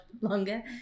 longer